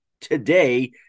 today